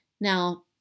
Now